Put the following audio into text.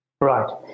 Right